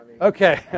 Okay